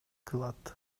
кылат